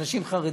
אנשים חרדים.